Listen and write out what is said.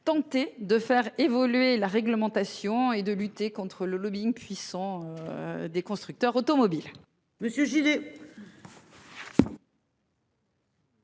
tenter de faire évoluer la réglementation et de lutter contre le lobbying puissant. Des constructeurs automobiles.